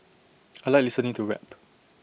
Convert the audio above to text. I Like listening to rap